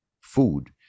food